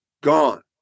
gone